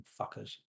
fuckers